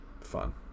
fun